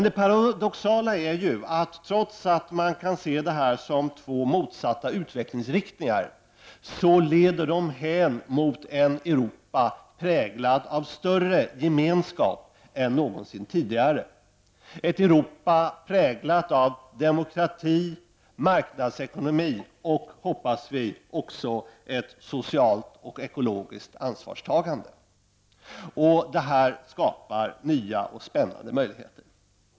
Det paradoxala är att trots att man kan se det här som två motsatta utvecklingsriktningar leder de hän mot ett Europa präglat av större gemenskap än någonsin tidigare, ett Europa präglat av demokrati, marknadsekonomi och, hoppas vi, även ett socialt och ekologiskt ansvarstagande. Detta skapar nya och spännande möjligheter.